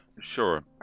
sure